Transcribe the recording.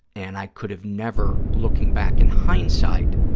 and i could have never, looking back in hindsight,